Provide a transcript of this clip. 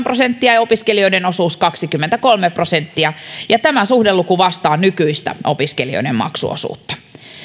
prosenttia ja opiskelijoiden kaksikymmentäkolme prosenttia ja tämä suhdeluku vastaa nykyistä opiskelijoiden maksuosuutta